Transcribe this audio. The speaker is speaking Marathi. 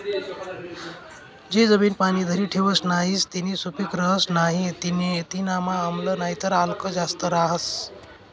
जी जमीन पाणी धरी ठेवस नही तीनी सुपीक रहस नाही तीनामा आम्ल नाहीतर आल्क जास्त रहास